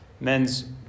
men's